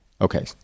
Okay